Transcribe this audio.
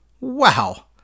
wow